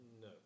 No